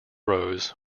rows